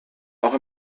auch